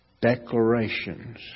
declarations